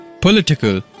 political